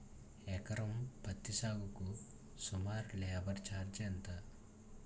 ఎకరం పత్తి సాగుకు సుమారు లేబర్ ఛార్జ్ ఎంత?